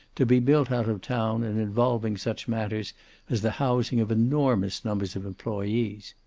to be built out of town and involving such matters as the housing of enormous numbers of employees.